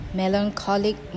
melancholic